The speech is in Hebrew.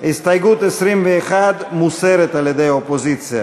הסתייגות 21 מוסרת על-ידי האופוזיציה.